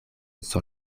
sur